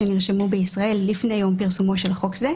שנרשמו בישראל לפני יום פרסומו של חוק זה,